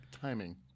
timing